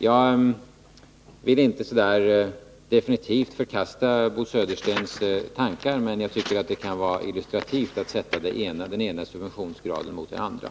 Jag vill inte definitivt förkasta Bo Söderstens tankar, men jag tycker att det kan vara illustrativt att ställa den ena subventionsgraden mot den andra.